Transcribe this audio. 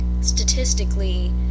statistically